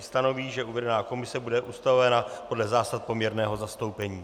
Stanoví, že uvedená komise bude ustavena podle zásad poměrného zastoupení.